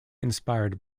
inspired